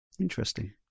Interesting